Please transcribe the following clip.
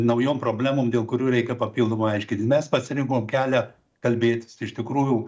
naujom problemom dėl kurių reikia papildomai aiškintis mes pasirinkom kelią kalbėtis iš tikrųjų